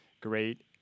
great